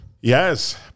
Yes